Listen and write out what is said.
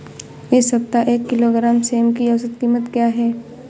इस सप्ताह एक किलोग्राम सेम की औसत कीमत क्या है?